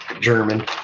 German